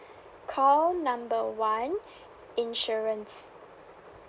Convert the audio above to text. call number one insurance